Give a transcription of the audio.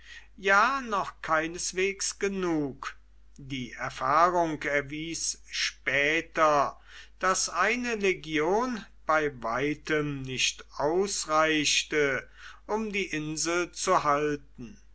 ja noch keineswegs genug die erfahrung erwies später daß eine legion bei weitem nicht ausreichte um die insel zu halten